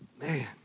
Man